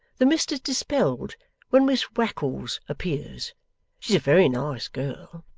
the mist is dispelled when miss wackles appears she's a very nice girl.